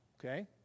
okay